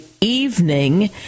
evening